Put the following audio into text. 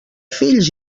fills